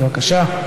בבקשה.